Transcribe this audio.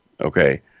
Okay